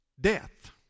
death